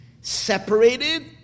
separated